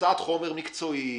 הוצאת חומר מקצועי.